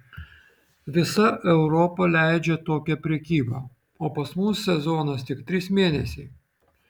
visa europa leidžią tokią prekybą o pas mus sezonas tik trys mėnesiai